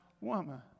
woman